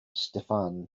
stefan